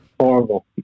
horrible